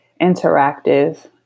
interactive